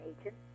agent